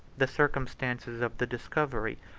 the circumstances of the discovery,